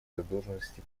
задолженности